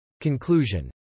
conclusion